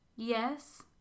yes